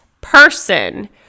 person